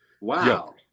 Wow